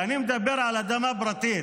אני מדבר על אדמה פרטית